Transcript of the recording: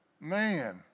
Man